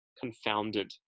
confounded